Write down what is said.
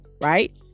Right